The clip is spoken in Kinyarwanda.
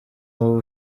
wowe